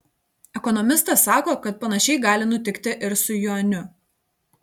ekonomistas sako kad panašiai gali nutikti ir su juaniu